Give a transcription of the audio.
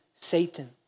Satan